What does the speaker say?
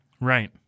right